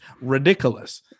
ridiculous